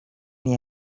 the